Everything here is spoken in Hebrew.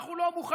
אנחנו לא מוכנים,